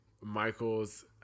michael's